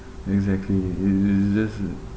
exactly it it's just